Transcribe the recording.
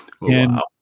Wow